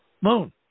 moon